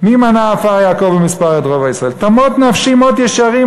"מי מנה עפר יעקב ומספר את רֹבע ישראל תמֹת נפשי מות ישרים",